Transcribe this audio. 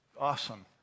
awesome